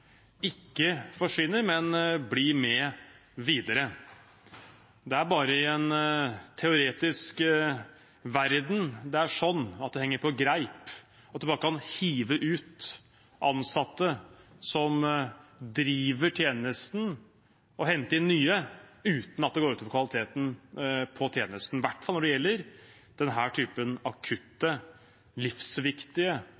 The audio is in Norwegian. ikke forsvinner, men blir med videre. Det er bare i en teoretisk verden det henger på greip at man bare kan hive ut ansatte som driver tjenesten, og hente inn nye, uten at det går ut over kvaliteten på tjenesten, i hvert fall når det gjelder denne typen